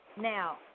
Now